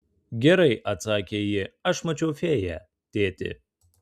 gerai atsakė ji aš mačiau fėją tėti